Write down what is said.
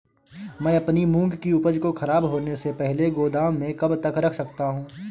मैं अपनी मूंग की उपज को ख़राब होने से पहले गोदाम में कब तक रख सकता हूँ?